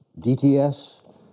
DTS